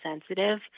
sensitive